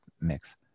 mix